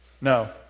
No